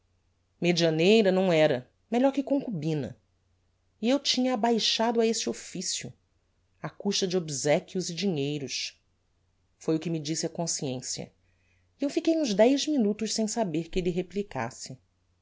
medianeira não era melhor que concubina e eu tinha-a baixado a esse officio á custa de obsequios e dinheiros foi o que me disse a consciencia e eu fiquei uns dez minutos sem saber que lhe replicasse ella